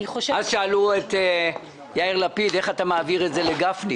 אני חושבת --- אז שאלו את יאיר לפיד: "איך אתה מעביר את זה לגפני